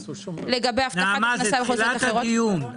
נעמה, זה תחילת הדיון.